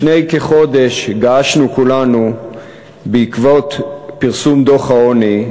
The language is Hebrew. לפני כחודש געשנו כולנו בעקבות פרסום דוח העוני,